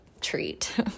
treat